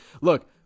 Look